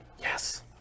Yes